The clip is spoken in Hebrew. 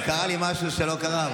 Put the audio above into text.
אבל קרה לי משהו שלא קרה,